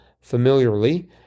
familiarly